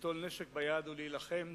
ליטול נשק ביד ולהילחם,